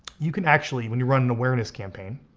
you can actually, when you run an awareness campaign,